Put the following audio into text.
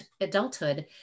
adulthood